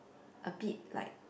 a bit like